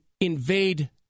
invade